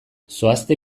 zoazte